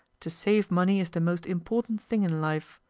to save money is the most important thing in life.